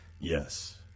yes